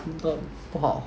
linkup 不好